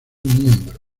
miembro